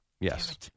yes